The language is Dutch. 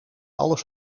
alles